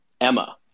Emma